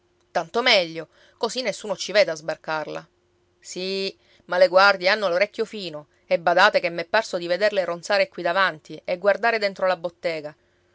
tanto meglio così nessuno ci vede a sbarcarla sì ma le guardie hanno l'orecchio fino e badate che m'è parso di vederle ronzare qui davanti e guardare dentro la bottega